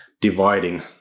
dividing